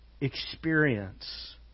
experience